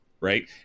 right